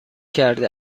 کرده